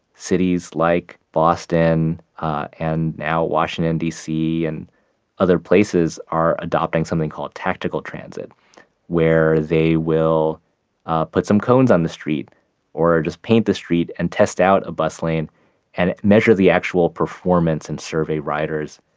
cities like boston and now washington dc and other places are adopting something called tactical transit where they will ah put some cones on the street or just paint the street and test out a bus lane and measure the actual performance and survey riders.